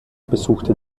besuchte